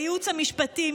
לייעוץ המשפטי,